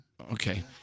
Okay